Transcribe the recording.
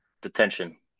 detention